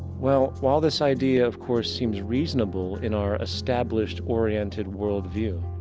well, while this idea of course seems reasonable in our established oriented world view,